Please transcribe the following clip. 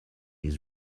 his